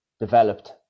developed